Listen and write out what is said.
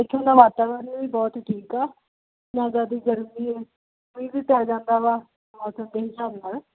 ਇੱਥੋਂ ਦਾ ਵਾਤਾਵਰਨ ਵੀ ਬਹੁਤ ਠੀਕ ਆ ਨਾ ਜ਼ਿਆਦਾ ਗਰਮੀ ਹੈ ਮੌਸਮ ਦੇ ਹਿਸਾਬ ਨਾਲ